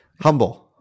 humble